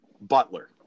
Butler